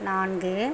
நான்கு